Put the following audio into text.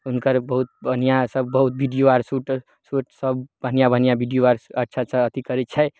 हुनकर बहुत बढ़िऑं सब बहुत बीडिओ आर शूटर शूट सब बढ़िऑं बढ़िऑं बीडिओ आर अच्छा अच्छा अथी करै छै